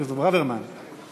בעד, 17, אין מתנגדים.